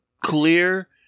clear